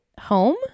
home